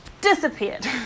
disappeared